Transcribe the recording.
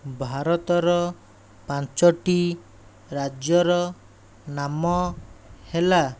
ଭାରତର ପାଞ୍ଚଟି ରାଜ୍ୟର ନାମ ହେଲା